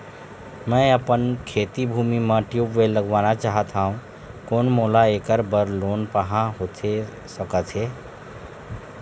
मैं अपन खेती भूमि म ट्यूबवेल लगवाना चाहत हाव, कोन मोला ऐकर बर लोन पाहां होथे सकत हे?